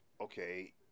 Okay